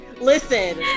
listen